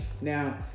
Now